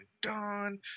done